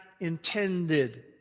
intended